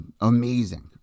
amazing